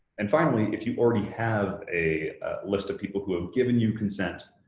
and finally, if you already have a list of people who have given you consent,